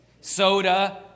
soda